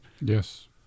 Yes